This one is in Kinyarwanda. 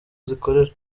zikorera